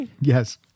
Yes